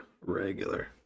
Regular